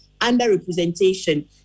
underrepresentation